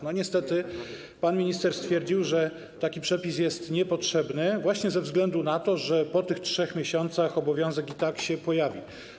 Niestety pan minister stwierdził, że taki przepis jest niepotrzebny właśnie ze względu na to, że po tych 3 miesiącach obowiązek i tak się pojawi.